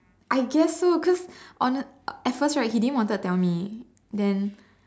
I guess so cause honest at first right he didn't wanted to tell me then